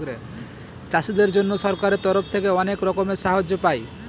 চাষীদের জন্য সরকারের তরফ থেকে অনেক রকমের সাহায্য পায়